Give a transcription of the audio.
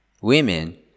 Women